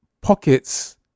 pockets